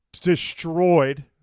destroyed